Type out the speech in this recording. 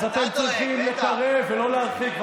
אז אתם צריכים לקרב ולא להרחיק,